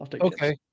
Okay